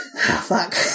Fuck